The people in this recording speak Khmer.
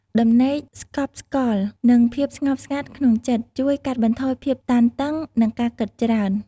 ដំណេកស្កប់ស្កល់ និងភាពស្ងប់ស្ងាត់ក្នុងចិត្ត ជួយកាត់បន្ថយភាពតានតឹង និងការគិតច្រើន។